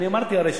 אמרתי הרי,